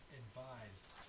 advised